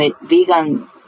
vegan